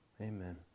Amen